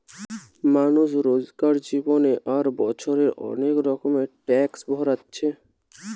মানুষ রোজকার জীবনে আর বছরে অনেক রকমের ট্যাক্স ভোরছে